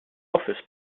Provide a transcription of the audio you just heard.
office